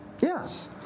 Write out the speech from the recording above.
Yes